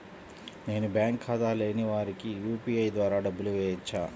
నేను బ్యాంక్ ఖాతా లేని వారికి యూ.పీ.ఐ ద్వారా డబ్బులు వేయచ్చా?